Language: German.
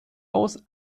aus